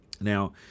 Now